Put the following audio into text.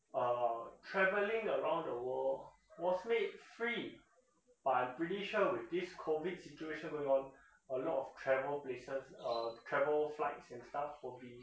uh travelling around the world was made free but I'm pretty sure with this COVID situation a lot of travel places uh travel flights and stuff will be